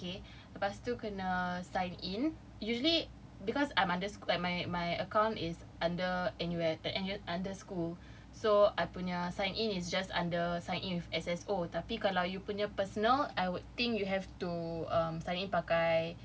okay lepas tu kena sign in usually cause I'm under like my my account is under N_U_S the N_U_S under school so I punya sign in is just under sign in with S_S_O tapi kalau you punya personal I would think you have to um sign in pakai